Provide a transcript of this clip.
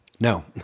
no